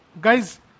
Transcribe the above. guys